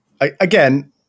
Again